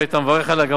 שהיית מברך עליה,